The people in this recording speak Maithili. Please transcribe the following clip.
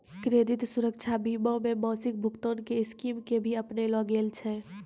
क्रेडित सुरक्षा बीमा मे मासिक भुगतान के स्कीम के भी अपनैलो गेल छै